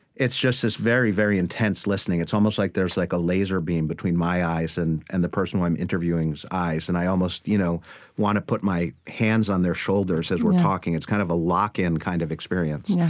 it's just this very, very intense listening. it's almost like there's like a laser beam between my eyes and and the person who i'm interviewing's eyes. and i almost you know want to put my hands on their shoulders as we're talking. it's kind of a lock-in kind of experience. yeah